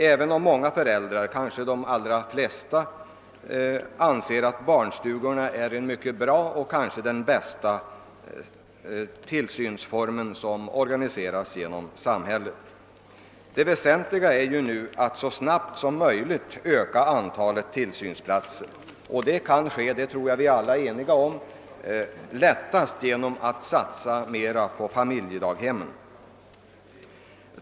Även många föräldrar — kanske de allra flesta — anser att barnstugorna är en bra tillsynsform och måhända den bästa som organiseras genom samhället. Det väsentliga är emellertid nu att så snabbt som möjligt öka antalet tillsynsplatser. Jag tror vi alla är eniga om att vi lättast kan göra det genom att satsa mer på familjedaghemmen.